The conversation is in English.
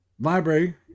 library